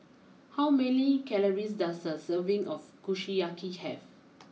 how many calories does a serving of Kushiyaki have